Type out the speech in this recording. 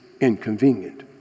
inconvenient